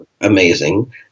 amazing